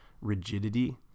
rigidity